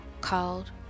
called